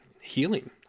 healing